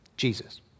Jesus